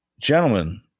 gentlemen